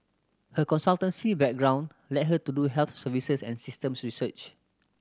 her consultancy background led her to do health services and system research